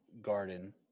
garden